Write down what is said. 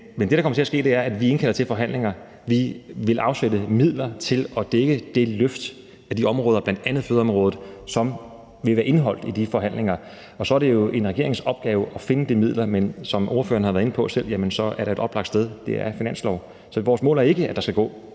Men det, der kommer til at ske, er, at vi indkalder til forhandlinger. Vi vil afsætte midler til at dække det løft af de områder, bl.a. fødeområdet, som vil være indeholdt i de forhandlinger. Så er det jo en regerings opgave at finde de midler. Men som ordføreren selv har været inde på, så er et oplagt sted da finansloven. Vores mål er ikke, at der skal gå